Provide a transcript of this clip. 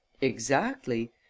Exactly